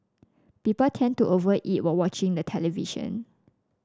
people tend to over eat while watching the television